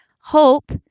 hope